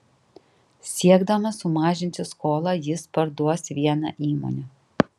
siekdamas sumažinti skolą jis parduos vieną įmonę